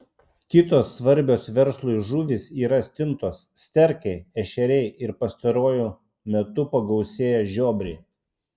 kitos svarbios verslui žuvys yra stintos sterkai ešeriai ir pastaruoju metu pagausėję žiobriai